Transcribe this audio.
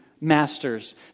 masters